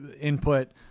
input